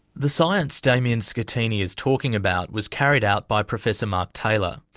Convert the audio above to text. the science damian scattini is talking about was carried out by professor mark taylor.